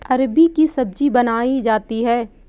अरबी की सब्जी बनायीं जाती है